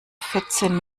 vierzehn